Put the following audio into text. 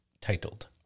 titled